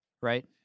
Right